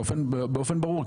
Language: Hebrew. באופן ברור,